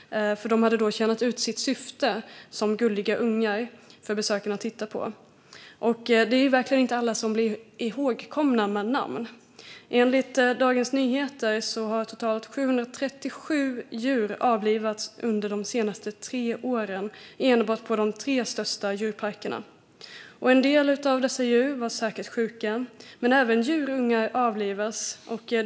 De hade tjänat ut sitt syfte som gulliga ungar för besökarna att titta på. Men det är inte alla som blir ihågkomna med namn. Enligt Dagens Nyheter har totalt 737 djur avlivats under de senaste tre åren, enbart på de största tre djurparkerna. En del av dessa djur var säkert sjuka, men även djurungar avlivas.